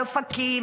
על אופקים,